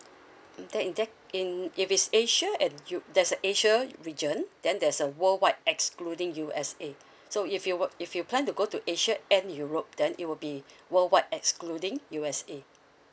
in that in that if it's asia then there's a asia region then there's a worldwide excluding U_S_A so if you were if you plan to go to asia and europe then it will be worldwide excluding U_S_A